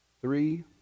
Three